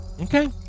Okay